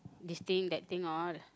this thing that thing all